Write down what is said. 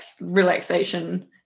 relaxation